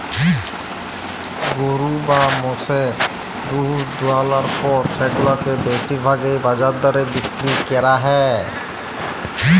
গরু বা মোষের দুহুদ দুয়ালর পর সেগুলাকে বেশির ভাগই বাজার দরে বিক্কিরি ক্যরা হ্যয়